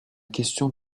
question